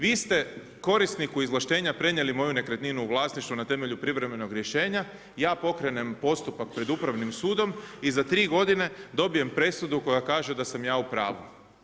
Vi ste korisniku izvlaštenja prenijeli moju nekretninu u vlasništvo na temelju privremenog rješenja, ja pokrenem postupak pred upravnim sudom i za 3 godine dobijem presudu koja kaže da sam ja u pravu.